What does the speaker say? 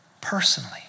personally